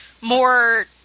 more